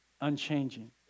unchanging